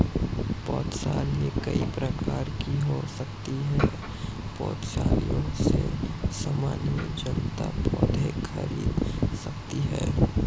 पौधशालाएँ कई प्रकार की हो सकती हैं पौधशालाओं से सामान्य जनता पौधे खरीद सकती है